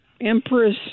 empress